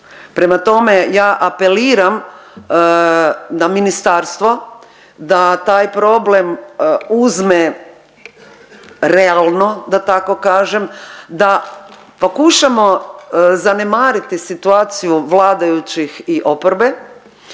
Prema tome, ja apeliram na ministarstvo da taj problem uzme realno da tako kažem da pokušamo zanemariti situaciju vladajućih i oporbe,